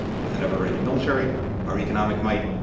with an ever ready military our economic might,